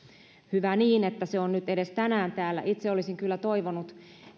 hyvä niin että se on edes nyt tänään täällä itse olisin kyllä toivonut